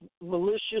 malicious